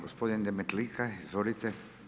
Gospodin Demetlika, izvolite.